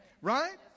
right